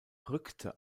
rückte